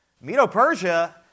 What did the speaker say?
Medo-Persia